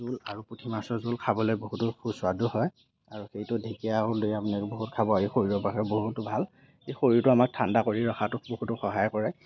জোল আৰু পুঠি মাছৰ জোল খাবলৈ বহুতো সুস্বাদু হয় আৰু সেইটো ঢেঁকীয়া বহুত খাব লাগে শৰীৰৰ কাৰণে বহুতো ভাল ই শৰীৰটো আমাৰ ঠাণ্ডা কৰি ৰখাতো বহুতো সহায় কৰে